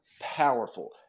powerful